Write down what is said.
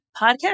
podcast